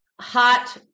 hot